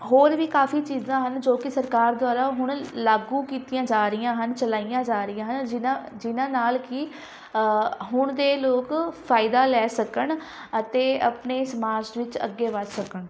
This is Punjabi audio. ਹੋਰ ਵੀ ਕਾਫੀ ਚੀਜ਼ਾਂ ਹਨ ਜੋ ਕਿ ਸਰਕਾਰ ਦੁਆਰਾ ਹੁਣ ਲਾਗੂ ਕੀਤੀਆਂ ਜਾ ਰਹੀਆਂ ਹਨ ਚਲਾਈਆਂ ਜਾ ਰਹੀਆਂ ਹਨ ਜਿਹਨਾਂ ਜਿਹਨਾਂ ਨਾਲ ਕਿ ਹੁਣ ਦੇ ਲੋਕ ਫਾਇਦਾ ਲੈ ਸਕਣ ਅਤੇ ਆਪਣੇ ਸਮਾਜ ਵਿੱਚ ਅੱਗੇ ਵੱਧ ਸਕਣ